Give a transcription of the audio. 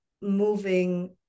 moving